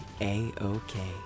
A-OK